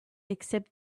except